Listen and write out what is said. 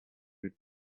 would